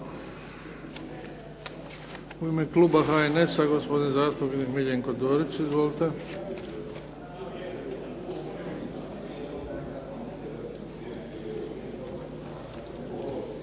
U ime kluba HNS-a, gospodin zastupnik Miljenko Dorić. Izvolite.